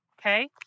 Okay